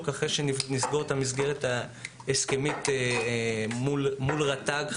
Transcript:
נבדוק לאחר שנסגור את המסגרת ההסכמית מול רט"ג,